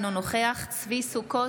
אינו נוכח צבי ידידיה סוכות,